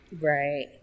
Right